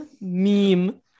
Meme